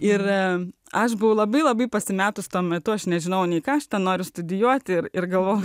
yra aš buvau labai labai pasimetus tuo metu aš nežinau nei ką aš noriu studijuoti ir ir galvo